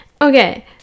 okay